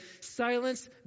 Silence